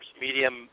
medium